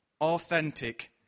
authentic